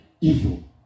evil